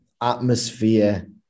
atmosphere